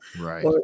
Right